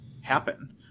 happen